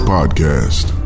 Podcast